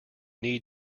need